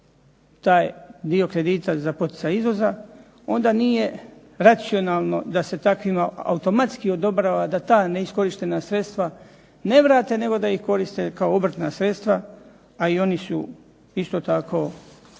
taj dio kredita za poticaj izvoza, onda nije racionalno da se takvima automatski odobrava da ta neiskorištena sredstva ne vrate, nego da ih koriste kao obrtna sredstva, a i oni su isto tako,